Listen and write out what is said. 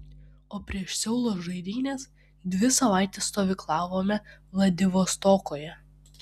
o prieš seulo žaidynes dvi savaites stovyklavome vladivostoke